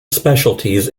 specialties